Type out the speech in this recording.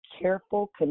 careful